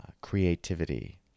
creativity